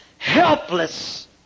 helpless